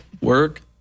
Work